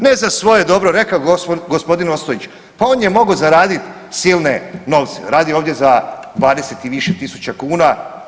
Ne za svoje dobro, rekao je gospodin Ostojić pa on je mogao zaradit silne novce, radi ovdje za 20 i više tisuća kuna.